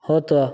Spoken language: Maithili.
होतौ